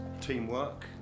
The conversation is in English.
teamwork